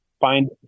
Find